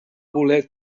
voler